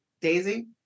daisy